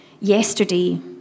Yesterday